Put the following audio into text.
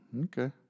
Okay